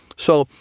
so,